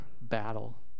battle